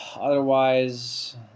Otherwise